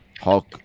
Hulk